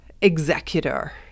executor